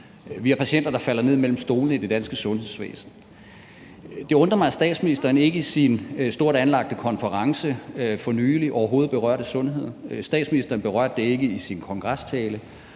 Vi har patienter, der falder ned mellem stolene i det danske sundhedsvæsen. Det undrer mig, at statsministeren i sin stort anlagte konference for nylig overhovedet ikke berørte sundhed. Statsministeren berørte det ikke i sin kongrestale,